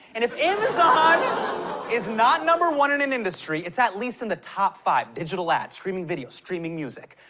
and if amazon is not number one in an industry, it's at least in the top five. digital ads, streaming video, streaming music.